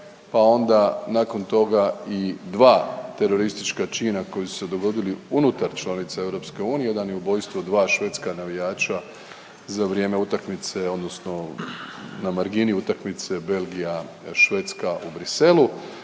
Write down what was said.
pa onda nakon toga i dva teroristička čina koji su se dogodili unutar članica EU, jedan je ubojstvo dva švedska navijača za vrijeme utakmice, odnosno na margini utakmice Belgija-Švedska u Bruxellesu,